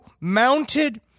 mounted